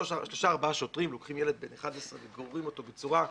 שלושה-ארבעה שוטרים לוקחים ילד בן 11 וגוררים אותו בצורה,